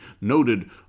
noted